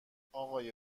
آقای